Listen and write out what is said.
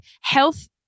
health